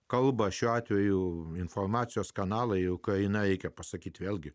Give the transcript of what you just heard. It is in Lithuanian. kalba šiuo atveju informacijos kanalai jo kainą reikia pasakyti vėlgi